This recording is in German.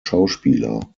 schauspieler